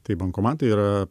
tai bankomatai yra